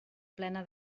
plena